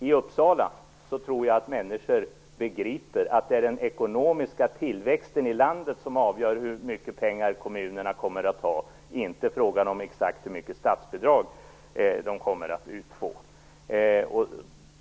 I Uppsala tror jag att människor begriper att det är den ekonomiska tillväxten i landet som avgör hur mycket pengar kommunerna kommer att ha, inte frågan om exakt hur mycket statsbidrag som kommer att utgå.